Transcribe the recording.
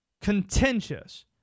contentious